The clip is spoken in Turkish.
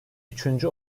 üçüncü